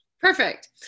Perfect